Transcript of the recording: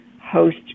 host